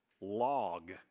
log